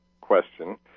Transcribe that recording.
question